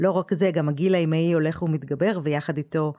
לא רק זה, גם הגיל האימהי הולך ומתגבר ויחד איתו.